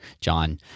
John